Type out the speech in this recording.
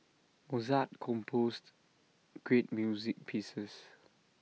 Mozart composed great music pieces